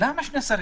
למה שני שרים?